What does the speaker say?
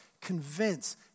convince